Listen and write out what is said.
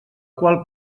qual